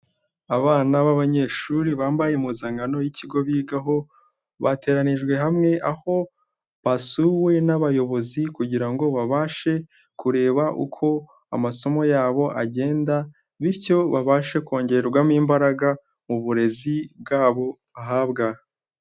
Abana b'abanyeshuri bambaye impuzankano y'ikigo bigaho, bateranijwe hamwe aho basuwe n'abayobozi kugira ngo babashe kureba uko amasomo yabo agenda bityo babashe kongerwamo imbaraga mu burezi bwabo bahabwa.